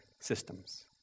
systems